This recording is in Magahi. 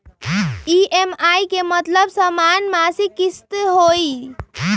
ई.एम.आई के मतलब समान मासिक किस्त होहई?